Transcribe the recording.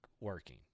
working